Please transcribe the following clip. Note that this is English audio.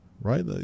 Right